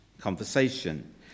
conversation